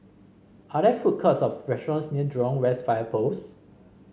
are there food courts or restaurants near Jurong West Fire Post